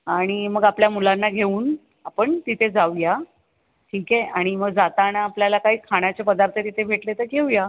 आणि मग आपल्या मुलांना घेऊन आपण तिथे जाऊया ठीक आहे आणि मग जाताना आपल्याला काही खाण्याचे पदार्थ तिथे भेटले तर घेऊया